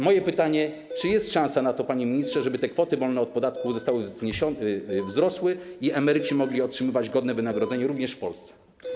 Moje pytanie: Czy jest szansa na to, panie ministrze, żeby te kwoty wolne od podatku wzrosły i emeryci mogli otrzymywać godne wynagrodzenie również w Polsce?